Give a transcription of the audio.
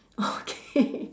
okay